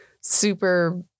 super